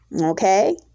Okay